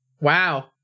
Wow